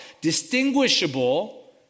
distinguishable